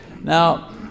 Now